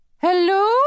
Hello